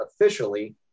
officially